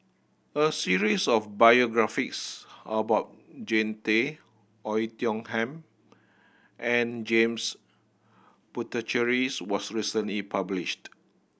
a series of biographies about Jean Tay Oei Tiong Ham and James Puthuchearies was recently published